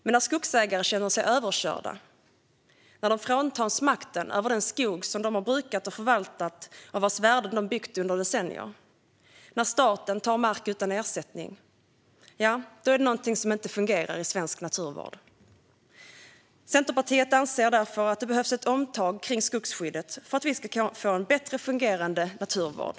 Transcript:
Men när skogsägare känner sig överkörda, när de fråntas makten över den skog de har brukat och förvaltat och vars värden de byggt under decennier och när staten tar mark utan ersättning är det något som inte fungerar i svensk naturvård. Centerpartiet anser därför att det behövs ett omtag kring skogsskyddet för att vi ska få en bättre fungerande naturvård.